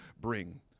bring